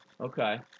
Okay